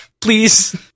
please